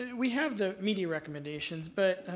yeah we have the media recommendations but,